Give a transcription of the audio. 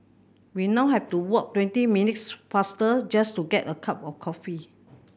we now have to walk twenty minutes farther just to get a cup of coffee